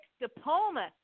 Diploma